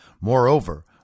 Moreover